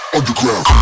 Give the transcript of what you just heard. Underground